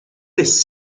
this